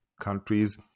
countries